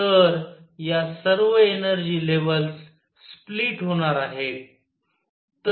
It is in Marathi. तर या सर्व एनर्जी लेव्हल्स स्प्लिट होणार आहे